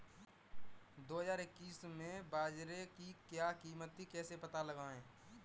दो हज़ार इक्कीस में बाजरे की क्या कीमत थी कैसे पता लगाएँ?